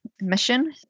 mission